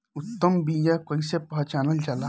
उत्तम बीया कईसे पहचानल जाला?